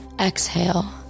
Exhale